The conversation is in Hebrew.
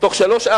תוך שלוש,